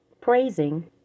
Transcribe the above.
praising